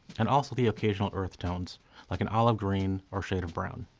and also the occasional earth tones like an olive green or shade of brown.